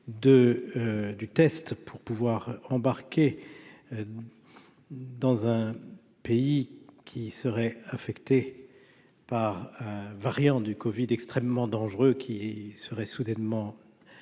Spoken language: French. du test pour pouvoir embarquer dans un pays qui serait affectée par un variant du Covid extrêmement dangereux qui serait soudainement